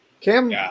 cam